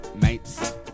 mates